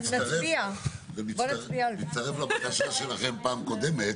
זה מצטרף לבקשה שלכם פעם קודמת.